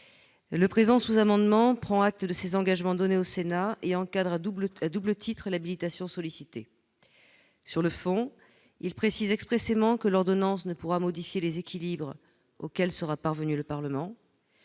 Le présent sous-amendement vise à prendre acte de ces engagements donnés au Sénat et à encadrer à double titre l'habilitation sollicitée. Sur le fond, il a pour objet de préciser expressément que l'ordonnance ne pourra modifier les équilibres auxquels sera parvenu le Parlement.